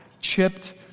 chipped